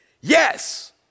yes